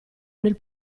nel